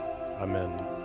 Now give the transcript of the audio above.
Amen